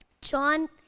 John